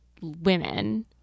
women